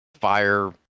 fire